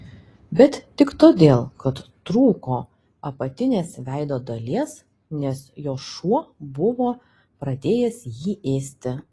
bet tik todėl kad trūko apatinės veido dalies nes jo šuo buvo pradėjęs jį ėsti